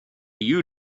you